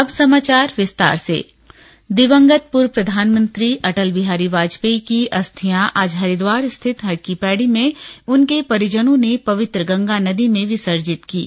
अस्थि विसर्जन दिवंगत पूर्व प्रधानमंत्री अटल बिहारी वाजपेयी की अस्थियां आज हरिद्वार स्थित हर की पैड़ी में उनके परिंजनों ने पवित्र गंगा नदी में विसर्जित कीं